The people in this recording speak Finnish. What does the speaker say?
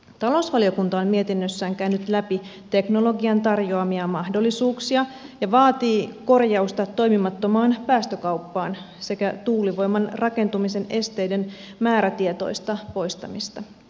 talousvaliokunta on mietinnössään käynyt läpi teknologian tarjoamia mahdollisuuksia ja vaatii korjausta toimimattomaan päästökauppaan sekä tuulivoiman rakentamisen esteiden määrätietoista poistamista